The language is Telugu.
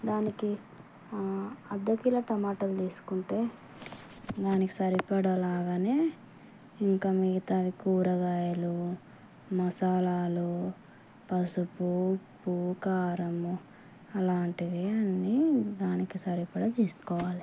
దానికి అర్ధ కిలో టమాటాలు తీసుకుంటే దానికి సరిపడలాగా ఇంకా మిగతావి కూరగాయలు మసాలాలు పసుపు ఉప్పు కారం అలాంటివి అన్నీ దానికి సరిపడ తీసుకోవాలి